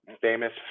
famous